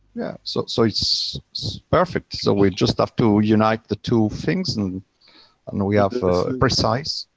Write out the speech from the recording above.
yeah so so it's perfect. so we just have to unite the two things and and we have a precise,